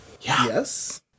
yes